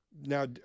Now